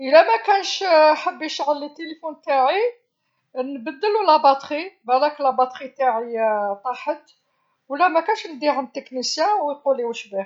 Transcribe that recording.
يلا ماكانش حاب يشعل التيليفون تاعي نبدلو البطارية، بلاك البطارية تاعي طاحت، ولا ماكانش نديه عند تقني وهو يقولي واش بيه.